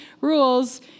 rules